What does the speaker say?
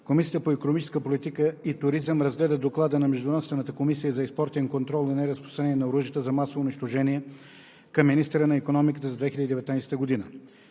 Комисията по икономическа политика и туризъм разгледа Доклада на Междуведомствената комисия за експортен контрол и неразпространение на оръжията за масово унищожение към министъра на икономиката за 2019 г.